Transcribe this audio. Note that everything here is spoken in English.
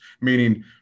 meaning